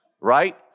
Right